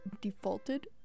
Defaulted